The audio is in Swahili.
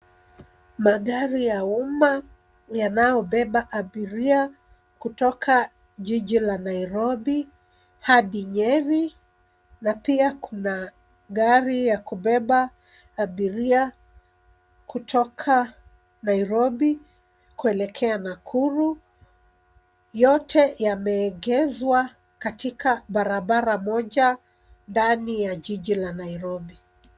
Magari ya umma yanayo beba abiria kutoka jiji la Nairobi hadi Nyeri na pia kuna gari ya kubeba abiria kutoka Nairobi kuelekea Nakuru. Yote yameegezwa katika barabara moja ndani ya jiji la Nairobi.